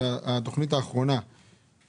והתוכנית האחרונה,